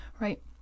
right